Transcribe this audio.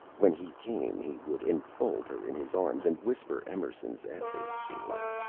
when he came he would enfold her in his arms and whisper emerson's essays to her.